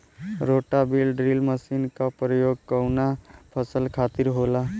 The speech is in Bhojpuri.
रोटा बिज ड्रिल मशीन के उपयोग कऊना फसल खातिर होखेला?